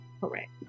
Correct